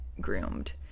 groomed